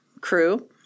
crew